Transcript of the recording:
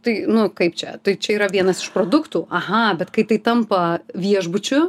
tai nu kaip čia tai čia yra vienas iš produktų aha bet kai tai tampa viešbučiu